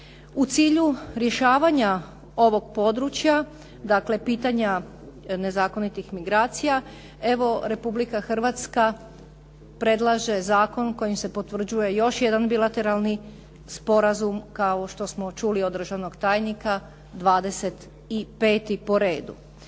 U cilju rješavanja ovog područja, dakle pitanja nezakonitih migracija, evo Republika Hrvatska predlaže zakon kojim se potvrđuje još jedan bilateralni sporazum kao što smo čuli od državnog tajnika 25. po redu.